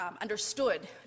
understood